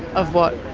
of what?